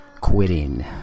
quitting